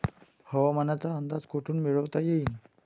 हवामानाचा अंदाज कोठून मिळवता येईन?